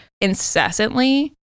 incessantly